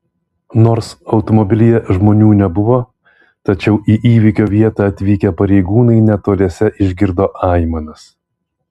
nors automobilyje žmonių nebuvo tačiau į įvykio vietą atvykę pareigūnai netoliese išgirdo aimanas